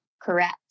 Correct